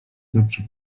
dobrze